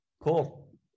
cool